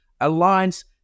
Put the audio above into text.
aligns